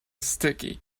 sticky